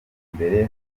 imbere